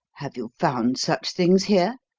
have you found such things here?